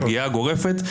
לפגיעה הגורפת,